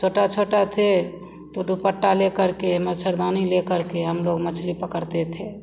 छोटा छोटा थे तो दुपट्टा ले करके मच्छरदानी ले करके हमलोग मछली पकड़ते थे